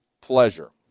pleasure